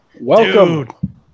Welcome